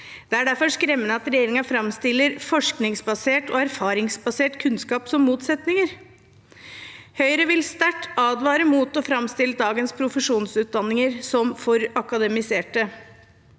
Det er derfor skremmende at regjeringen framstiller forskningsbasert og erfaringsbasert kunnskap som motsetninger. Høyre vil sterkt advare mot å framstille dagens profesjonsutdanninger som for akademiserte